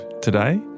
today